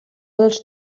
dels